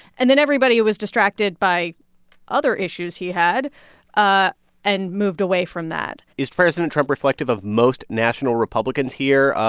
and then everybody was distracted by other issues he had ah and moved away from that is president trump reflective of most national republicans here,